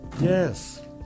Yes